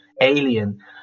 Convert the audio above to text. alien